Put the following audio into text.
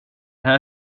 här